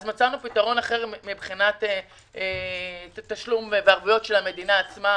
מצאנו פתרון אחר מבחינת תשלום בערבויות של המדינה עצמה